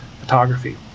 photography